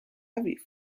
aviv